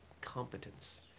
competence